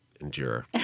endure